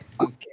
Okay